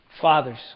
Fathers